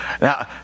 Now